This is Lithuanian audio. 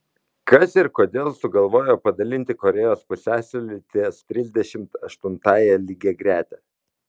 kas ir kodėl sugalvojo padalinti korėjos pusiasalį ties trisdešimt aštuntąja lygiagrete